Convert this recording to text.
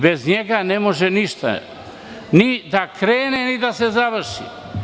Bez njega ne može ništa ni da krene, ni da se završi.